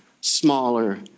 smaller